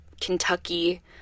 Kentucky